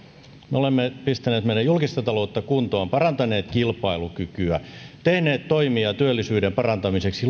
me olemme pistäneet meidän julkista taloutta kuntoon parantaneet kilpailukykyä tehneet lukemattomia toimia työllisyyden parantamiseksi